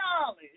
knowledge